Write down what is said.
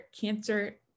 cancer